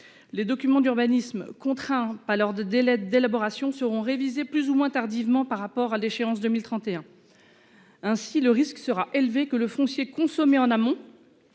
Les documents d'urbanisme contraint pas heure de délai d'élaboration seront révisées plus ou moins tardivement par rapport à l'échéance 2031. Ainsi, le risque sera élevé que le foncier. En amont.